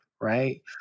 right